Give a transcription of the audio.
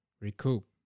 recoup